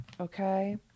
Okay